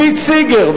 פיט סיגר,